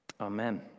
Amen